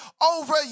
over